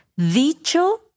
Dicho